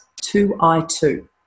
2i2